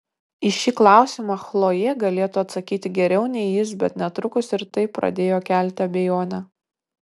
į šį klausimą chlojė galėtų atsakyti geriau nei jis bet netrukus ir tai pradėjo kelti abejonę